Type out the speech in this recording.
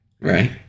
right